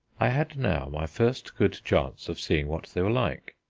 i had now my first good chance of seeing what they were like.